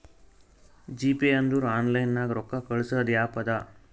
GPay ಅಂದುರ್ online ನಾಗ್ ರೊಕ್ಕಾ ಕಳ್ಸದ್ ಆ್ಯಪ್ ಅದಾ